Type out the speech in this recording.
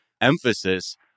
emphasis